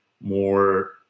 more